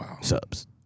Subs